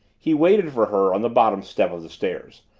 he waited for her on the bottom step of the stairs,